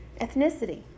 ethnicity